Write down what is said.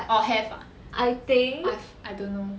orh have ah I've I don't know